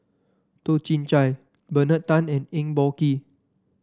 Toh Chin Chye Bernard Tan and Eng Boh Kee